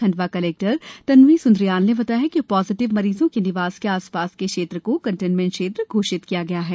Khandwa collector Shrimati Tanvi Sundriyal ने बताया कि पॉजिटिव मरीजों के निवास के आसपास के क्षेत्र को कन्टेन्मेंट क्षेत्र घोषित किया गया है